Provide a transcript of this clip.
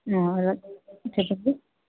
చెప్పండి